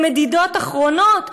למדידות אחרונות,